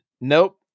Nope